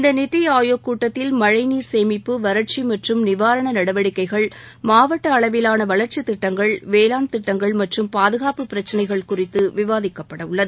இந்த நித்தி ஆயோக் கூட்டத்தில் மணழநீர் சேமிப்பு வறட்சி மற்றும் நிவாரண நடவடிக்கைகள் மாவட்ட அளவிலான வளர்ச்சித் திட்டங்கள் வேளாண்மைத் திட்டங்கள் மற்றம் பாதுகாப்பு பிரச்னைகள் குறித்து விவாதிக்கப்படவுள்ளது